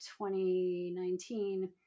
2019